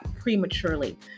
prematurely